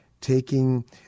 taking